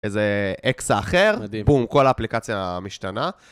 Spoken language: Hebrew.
איזה אקסה אחר, בום, כל האפליקציה משתנה.